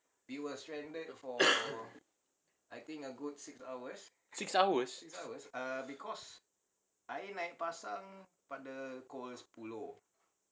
six hours